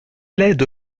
laide